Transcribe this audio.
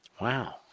Wow